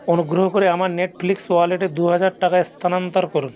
অনুগ্রহ করে আমার নেটফ্লিক্স ওয়ালেটে দু হাজার টাকা স্থানান্তর করুন